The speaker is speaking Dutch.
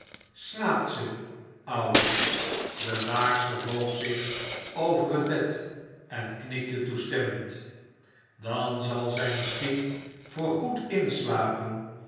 slaapt ze oude de waakster boog zich over het bed en knikte toestemmend dan zal zij misschien voor goed inslapen